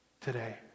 today